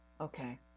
Okay